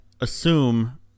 assume